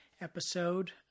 episode